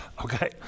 Okay